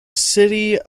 city